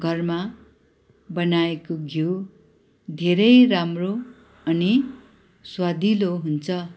घरमा बनाएको घिउ धेरै राम्रो अनि स्वादिलो हुन्छ